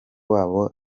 wabo